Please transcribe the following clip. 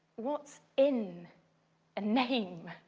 what's in a name?